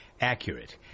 accurate